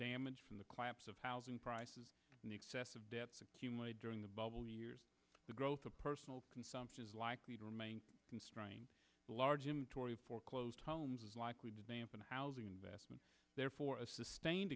damage from the claps of housing prices and excessive debts accumulated during the bubble years the growth of personal consumption is likely to remain constrained by large him tory foreclosed homes is likely to dampen housing investment there for a sustained